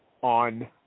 on